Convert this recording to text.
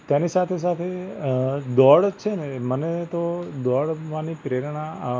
તેની સાથે સાથે દોડ છે ને મને તો દોડવાની પ્રેરણા